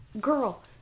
girl